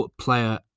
player